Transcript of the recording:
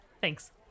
Thanks